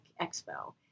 Expo